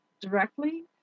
directly